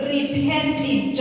Repenting